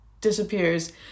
disappears